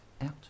out